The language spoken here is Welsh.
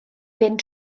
fynd